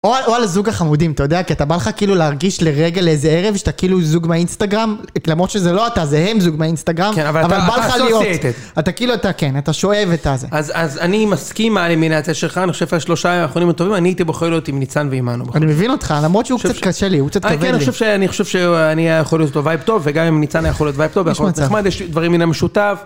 או על זוג החמודים, אתה יודע כי אתה בא לך כאילו להרגיש לרגע לאיזה ערב שאתה זוג מהאינסטגרם, למרות שזה לא אתה, זה הם זוג מהאינסטגרם, אבל בא לך להיות, אתה כאילו אתה כן, אתה שואב את הזה. אז אני מסכים עם האלימינציה שלך, אני חושב שהשלושה האחרונים הטובים, אני הייתי בוחר להיות עם ניצן ועם מנו. אני מבין אותך, למרות שהוא קצת קשה לי, הוא קצת כבד לי. כן, אני חושב, אני יכול להיות איתו וייב טוב וגם עם ניצן יכול להיות וייב טוב יכול להיות נחמד יש דברים מן המשותף